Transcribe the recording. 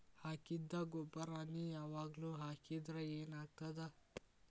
ಹಾಕಿದ್ದ ಗೊಬ್ಬರಾನೆ ಯಾವಾಗ್ಲೂ ಹಾಕಿದ್ರ ಏನ್ ಆಗ್ತದ?